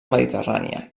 mediterrània